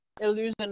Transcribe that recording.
illusion